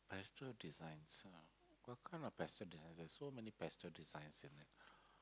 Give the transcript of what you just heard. pastel designs ah what kind of pastel designs there's so many pastel designs in here